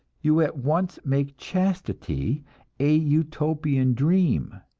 you at once make chastity a utopian dream.